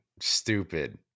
Stupid